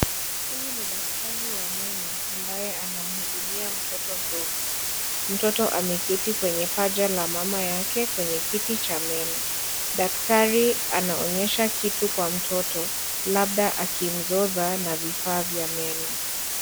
Huyu ni daktari wa meno ambaye anamhudumia mtoto mdogo, mtoto ameketi kwenye pacha la mama yake kwenye kiti cha meno. Daktari anaonyesha kitu kwa mtoto labda akimzoza na vifaa vya meno.